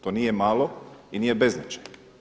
To nije malo i nije beznačajno.